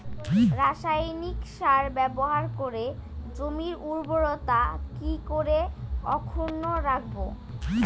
রাসায়নিক সার ব্যবহার করে জমির উর্বরতা কি করে অক্ষুণ্ন রাখবো